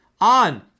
on